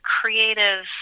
creative